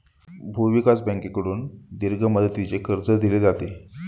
भूविकास बँकेकडून दीर्घ मुदतीचे कर्ज दिले जाते